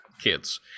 kids